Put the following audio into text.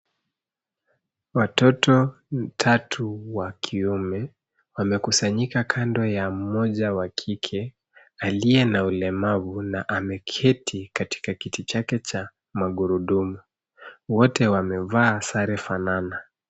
Watoto watatu wa kiume wamekusanyika kando ya mmoja wa kike aliye na ulemavu na ameketi katika kiti chake cha magurudumu. Wote wamevaa sare fanana.